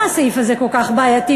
למה הסעיף הזה כל כך בעייתי?